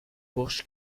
burj